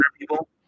people